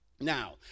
Now